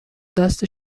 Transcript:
دست